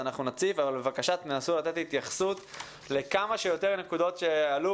בבקשה תנסו לתת התייחסותה לכמה שיותר נקודות שעלו